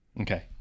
okay